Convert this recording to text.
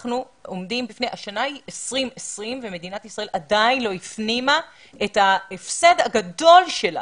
השנה היא 2020 ומדינת ישראל עדיין לא הפנימה את ההפסד הגדול שלה